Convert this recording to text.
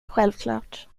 självklart